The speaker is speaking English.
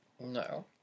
No